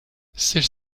celle